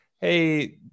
hey